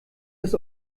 das